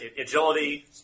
agility